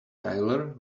tyler